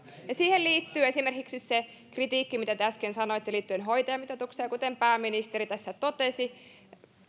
toimimme siihen liittyy esimerkiksi se kritiikki mitä te äsken sanoitte liittyen hoitajamitoitukseen ja kuten pääministeri tässä totesi